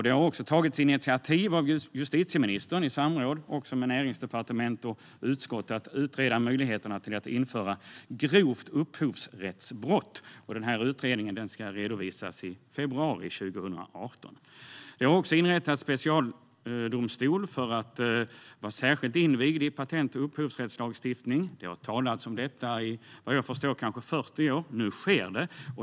Det har också tagits initiativ av justitieministern i samråd med Näringsdepartementet och utskott att utreda möjligheterna att införa grovt upphovsrättsbrott. Utredningen ska redovisas i februari 2018. Det har också inrättats en specialdomstol som ska vara särskilt invigd i patent och upphovsrättslagstiftning. Det har talats om detta i vad jag förstår kanske 40 år. Nu sker det.